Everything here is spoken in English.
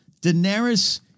Daenerys